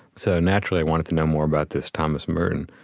so naturally, i wanted to know more about this thomas merton.